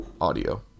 audio